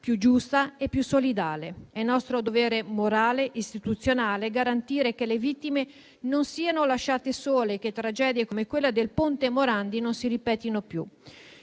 più giusta e solidale. È nostro dovere morale e istituzionale garantire che le vittime non siano lasciate sole e che tragedie come quella del ponte Morandi non si ripetano più.